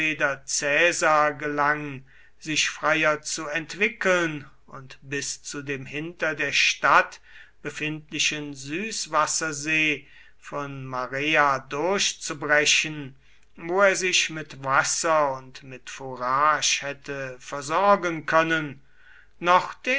gelang sich freier zu entwickeln und bis zu dem hinter der stadt befindlichen süßwassersee von marea durchzubrechen wo er sich mit wasser und mit fourage hätte versorgen können noch